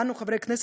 חברי הכנסת,